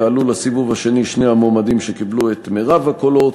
יעלו לסיבוב השני שני המועמדים שקיבלו את רוב הקולות,